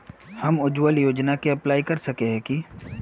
हम उज्वल योजना के अप्लाई कर सके है की?